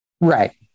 Right